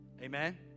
Amen